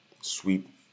sweep